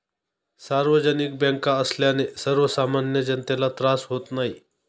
सार्वजनिक बँका असल्याने सर्वसामान्य जनतेला त्रास होत नाही